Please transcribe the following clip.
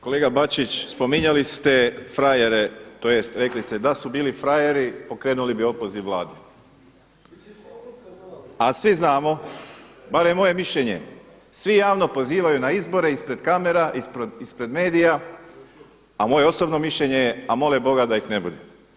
Kolega Bačić spominjali ste frajere, tj. rekli ste da su bili frajeri pokrenuli bi opoziv Vlade, a svi znamo barem je moje mišljenje, svi javno pozivaju na izbore ispred kamera, ispred medija, a moje osobno mišljenje je, a mole Boga da ih ne bude.